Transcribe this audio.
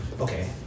okay